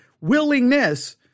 willingness